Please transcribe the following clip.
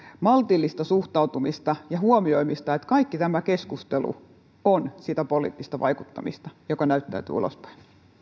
maltillista suhtautumista ja huomioimista että kaikki tämä keskustelu on sitä poliittista vaikuttamista joka näyttäytyy ulospäin